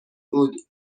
بود